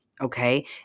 Okay